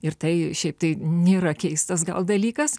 ir tai šiaip tai nėra keistas gal dalykas